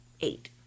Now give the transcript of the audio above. eight